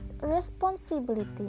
responsibility